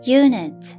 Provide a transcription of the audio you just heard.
unit